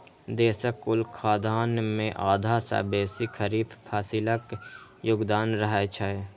देशक कुल खाद्यान्न मे आधा सं बेसी खरीफ फसिलक योगदान रहै छै